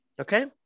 Okay